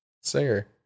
singer